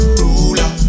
ruler